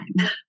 time